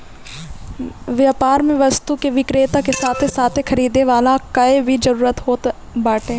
व्यापार में वस्तु के विक्रेता के साथे साथे खरीदे वाला कअ भी जरुरत होत बाटे